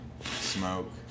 smoke